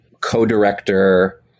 co-director